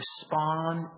respond